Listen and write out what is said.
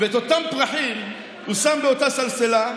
ואת אותם פרחים הוא שם באותה סלסילה,